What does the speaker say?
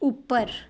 ਉੱਪਰ